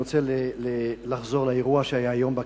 אני רוצה לחזור לאירוע שהיה היום בכנסת,